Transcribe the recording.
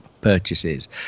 purchases